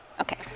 Okay